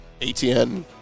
ATN